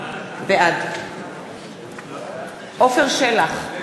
בעד עפר שלח,